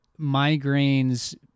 migraines